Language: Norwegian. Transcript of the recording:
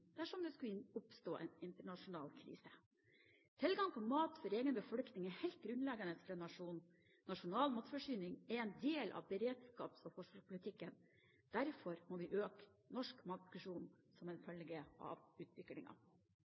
dersom det skulle oppstå en internasjonal krise. Tilgang på mat for egen befolkning er helt grunnleggende for en nasjon. Nasjonal matforsyning er en del av beredskaps- og forsvarspolitikken. Derfor må vi øke norsk matproduksjon som en følge av